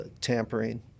tampering